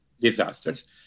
disasters